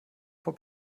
vor